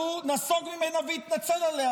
שהוא נסוג ממנה והתנצל עליה,